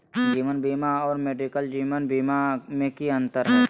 जीवन बीमा और मेडिकल जीवन बीमा में की अंतर है?